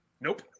Nope